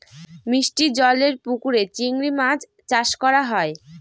মিষ্টি জলেরর পুকুরে চিংড়ি মাছ চাষ করা হয়